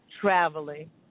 traveling